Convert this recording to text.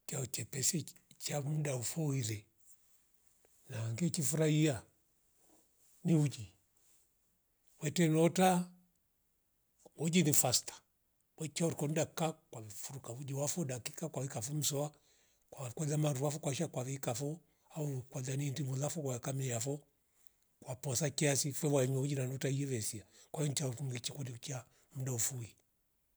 Kiautepesi ki- kiagunda mfu wile na ngichi furahia ni uji wete lota uji ni fasta wechia uhorikanda ka kwamfuru kamuji wafo dakika kwainka vumsowa kwa kolia maruwavu kwasha kwali kavo ua umkwala nindi uvulavo wakamiavo kwaposa kiasi fulwe waninywa uji na nuta ivese kwa incha ukumleche kule kia mndo fui